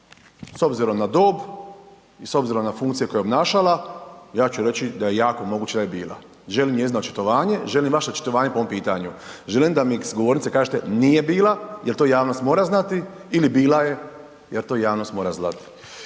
S obzirom na dob i s obzirom na funkcije koje je obnašala, ja ću reći da je jako moguće da je bila. Želim njezino očitovanje, želim vaše očitovanje po ovom pitanju. Želim da s govornice kažete nije bila, jer to javnost mora znati, ili bila je, jer to javnost mora znati.